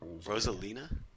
Rosalina